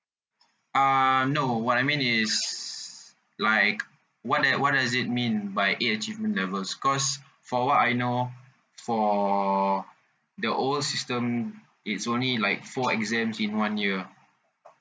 uh no what I mean is s~ like what that what does it mean by eight achievement levels because for what I know for the old system it's only like four exams in one year